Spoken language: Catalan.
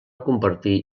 convertir